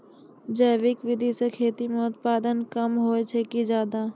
जैविक विधि से खेती म उत्पादन कम होय छै कि ज्यादा?